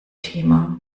thema